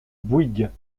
bouygues